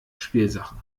spielsachen